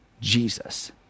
Jesus